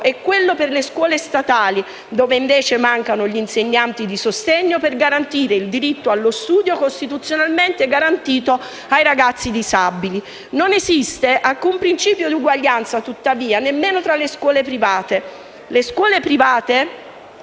è quello per le scuole statali, dove invece mancano gli insegnanti di sostegno per garantire il diritto allo studio costituzionalmente garantito ai ragazzi disabili. Non esiste alcun principio di uguaglianza nemmeno tra le scuole private. Le scuole private